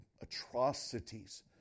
atrocities